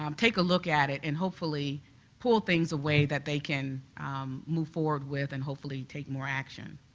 um take a look at it and hopefully pull things away that they can move forward with and hopefully take more action.